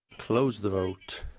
close the vote.